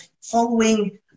following